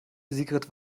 sigrid